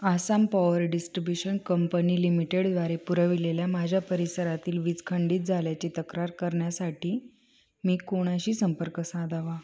Assam power distribution company लिमिटेडद्वारे पुरविलेल्या माझ्या परिसरातील वीज खंडित झाल्याची तक्रार करण्यासाठी मी कोणाशी संपर्क साधावा